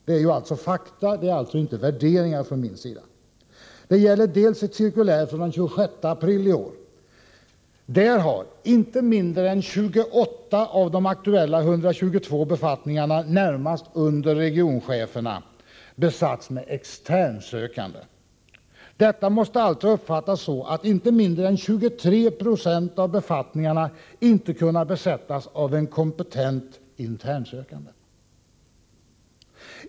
Det är alltså fråga om fakta, inte om värderingar från min sida. Det ena cirkuläret är från den 26 april i år. Av cirkuläret framgår att inte mindre än 28 av de aktuella 122 befattningarna närmast under regioncheferna besatts med externsökande. Detta måste alltså uppfattas så, att inte mindre än 23 Jo av befattningarna inte kunnat besättas av en kompetent internsökande.